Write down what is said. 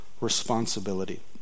responsibility